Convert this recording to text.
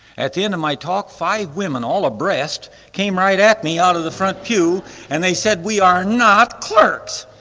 at the end of my talk, five women all abreast came right at me out of the front pew and they said we are not clerks.